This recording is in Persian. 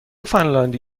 فنلاندی